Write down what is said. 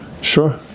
Sure